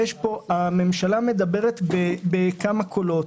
הממשלה מדברת בכמה קולות.